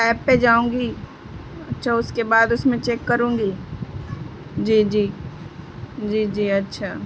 app پہ جاؤں گی اچھا اس کے بعد اس میں چیک کروں گی جی جی جی جی اچھا